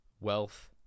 wealth